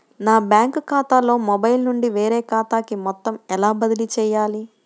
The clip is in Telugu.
నా బ్యాంక్ ఖాతాలో మొబైల్ నుండి వేరే ఖాతాకి మొత్తం ఎలా బదిలీ చేయాలి?